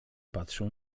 patrzył